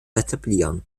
etablieren